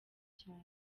cyane